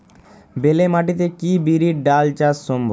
বেলে মাটিতে কি বিরির ডাল চাষ সম্ভব?